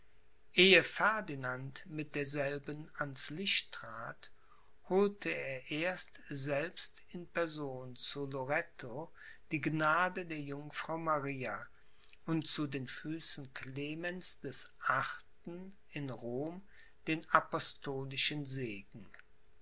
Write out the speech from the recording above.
ferdinand mit derselben ans licht trat holte er erst selbst in person zu loretto die gnade der jungfrau maria und zu den füßen clemens des achten in rom den apostolischen segen